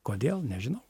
kodėl nežinau